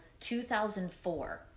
2004